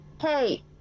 hey